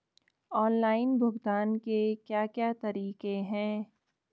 Online भुगतान के क्या क्या तरीके हैं?